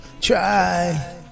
try